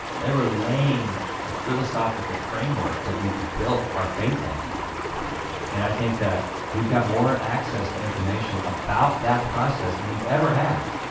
they were laying a philosophical framework that we've built our faith on and i think that we've got more access to information about that process than we've ever had.